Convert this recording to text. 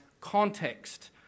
context